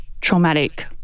traumatic